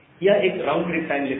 यह एक round trip time लेता है